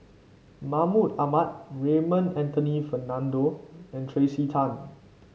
Mahmud Ahmad Raymond Anthony Fernando and Tracey Tan